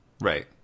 Right